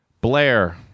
Blair